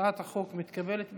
ההצעה להעביר את הצעת חוק הספורט (תיקון מס' 16)